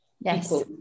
Yes